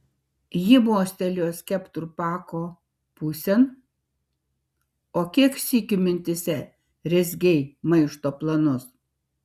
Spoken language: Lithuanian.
ji mostelėjo skeptru pako pusėn o kiek sykių mintyse rezgei maišto planus